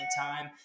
time